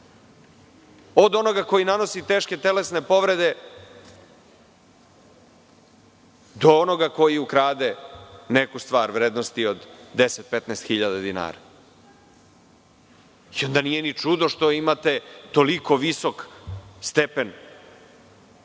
od onoga koji nanosi teške telesne povrede do onoga ko ukrade neku stvar vrednosti od 10,15 hiljada dinara. Onda nije ni čudo što imate toliko visok stepen krađa.